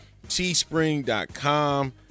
Teespring.com